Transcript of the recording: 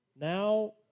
now